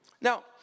Now